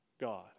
God